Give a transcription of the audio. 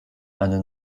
eine